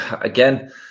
again